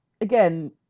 again